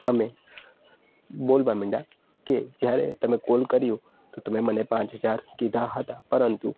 અમે બોલવા મંડ્યા કે જયારે તમે કોલ કર્યો તો તમે મને પાંચ હજાર કીધા હતા પરંતુ